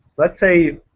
let's say,